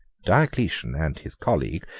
diocletian and his colleague,